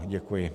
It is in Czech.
Děkuji.